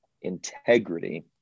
integrity